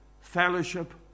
fellowship